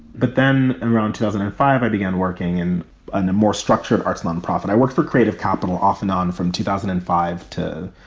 but then around two thousand and five, i began working in a more structured arts nonprofit. i work for creative capital off and on from two thousand and five to